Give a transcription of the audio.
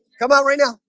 come on right now